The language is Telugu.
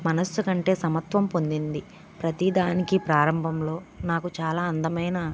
మనసు కంటే సమత్వం పొందింది ప్రతిదానికి ప్రారంభంలో నాకు చాలా అందమైన